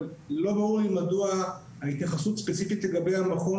לא ברור לי מדוע ההתייחסות ספציפית לגבי המכון,